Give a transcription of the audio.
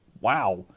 wow